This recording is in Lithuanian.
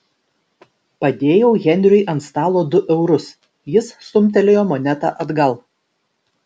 padėjau henriui ant stalo du eurus jis stumtelėjo monetą atgal